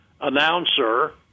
announcer